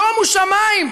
שומו שמים,